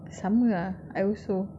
sama lah I also